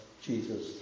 Jesus